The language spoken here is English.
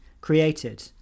created